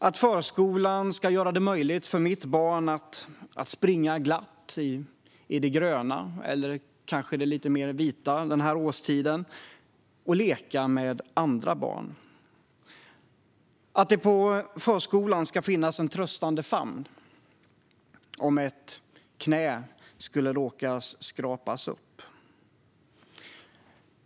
Att förskolan ska göra det möjligt för mitt barn att springa glatt i det gröna - eller kanske lite mer det vita den här årstiden - och leka med andra barn. Att det på förskolan ska finnas en tröstande famn om ett knä skulle råka skrapas upp.